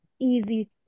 easy